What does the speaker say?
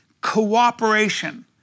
cooperation